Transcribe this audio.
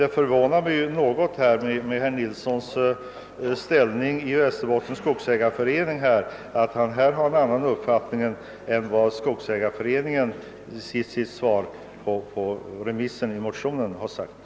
Det förvånar mig något att herr Nilsson i Tvärålund med den ställning han har inom Västerbottens skogsägareförening har en annan uppfattning än denna förening har redovisat i sitt remissvar med anledning av motionen.